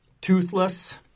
toothless